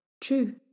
True